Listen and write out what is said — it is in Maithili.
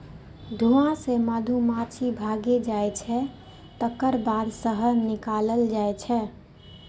धुआं सं मधुमाछी भागि जाइ छै, तकर बाद शहद निकालल जाइ छै